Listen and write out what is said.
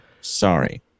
Sorry